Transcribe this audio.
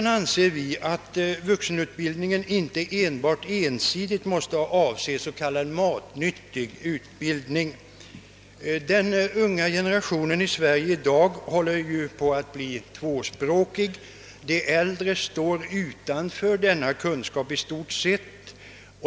Vi anser vidare att vuxenutbildningen inte enbart och ensidigt behöver avse s.k. matnyttig utbildning. Den unga generationen i dagens Sverige håller på att bli tvåspråkig. De äldre står i stort sett utan denna kunskap.